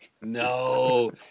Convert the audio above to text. No